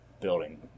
building